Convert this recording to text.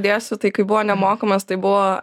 pridėsiu tai kai buvo nemokamas tai buvo